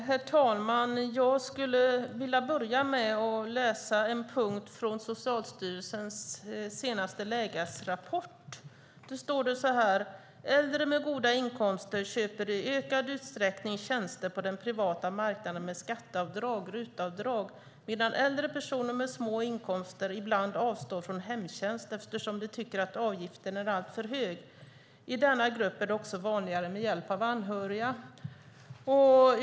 Herr talman! Jag vill börja med att läsa en punkt från Socialstyrelsens senaste lägesrapport. Där står: Äldre med goda inkomster köper i ökad uträckning tjänster på den privata marknaden med skatteavdrag, RUT-avdrag, medan äldre personer med små inkomster ibland avstår från hemtjänst eftersom de tycker att avgiften är alltför hög. I denna grupp är det också vanligare med hjälp av anhöriga.